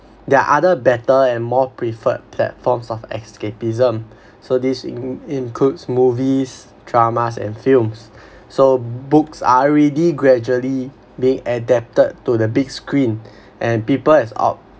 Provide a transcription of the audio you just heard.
there are other better and more preferred platforms of escapism so this includes movies dramas and films so books are already gradually being adapted to the big screen and people